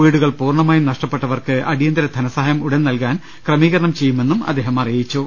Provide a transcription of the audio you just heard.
വീടുകൾ പൂർണ്ണമായും നഷ്ടപ്പെട്ടവർക്ക് അടി യന്തര ധനസഹായം ഉടൻ നൽകുവാൻ ക്രമീകരണം ചെയ്യുമെന്നും അദ്ദേഹം അറിയിച്ചു